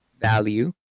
value